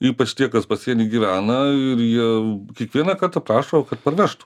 ypač tie kas pasieny gyvena ir jie kiekvieną kartą prašo kad parvežtų